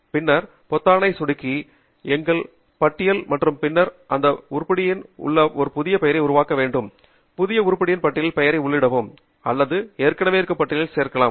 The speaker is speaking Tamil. பின்னர் பொத்தானை சொடுக்கி எங்கள் பட்டியல் மற்றும் பின்னர் இந்த உருப்படியின் ஒரு புதிய பெயரை உருவாக்க விரும்பினால் புதிய உருப்படியின் பட்டியல் பெயரை உள்ளிடவும் அல்லது ஏற்கனவே இருக்கும் பட்டியலில் சேர்க்கலாம்